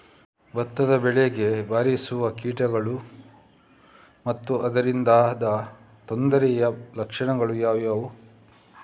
ಭತ್ತದ ಬೆಳೆಗೆ ಬಾರಿಸುವ ಕೀಟಗಳು ಮತ್ತು ಅದರಿಂದಾದ ತೊಂದರೆಯ ಲಕ್ಷಣಗಳು ಯಾವುವು?